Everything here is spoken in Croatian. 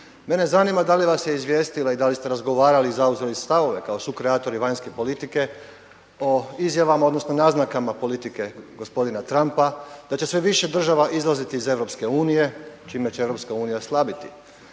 Mene zanima da li vas je izvijestila i da li ste razgovarali i zauzeli stavove kao sukreatori vanjske politike o izjavama odnosno naznakama politike gospodina Trumpa, da će sve više država izlaziti iz EU čime će EU slabiti,